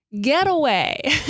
getaway